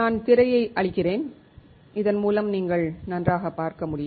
நான் திரையை அழிக்கிறேன் இதன் மூலம் நீங்கள் நன்றாக பார்க்க முடியும்